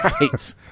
Right